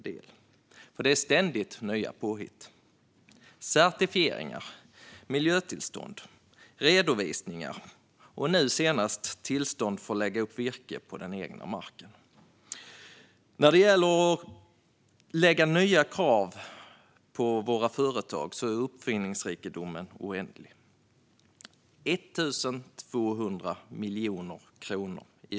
Det kommer ständigt nya påhitt: certifieringar, miljötillstånd, redovisningar och nu senast tillstånd för att lägga upp virke på den egna marken. När det gäller att lägga nya krav på företagen är uppfinningsrikedomen oändlig. Per år handlar det om en ökning med 1 200 miljoner kronor.